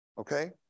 Okay